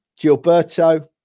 Gilberto